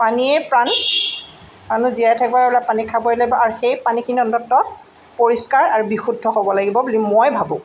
পানীয়ে প্ৰাণ মানুহ জীয়াই থাকিবলে পানীত খাবই লাগিব আৰু সেই পানীখিনি অন্তত পৰিষ্কাৰ আৰু বিশুদ্ধ হ'ব লাগিব বুলি মই ভাবোঁ